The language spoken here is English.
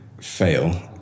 fail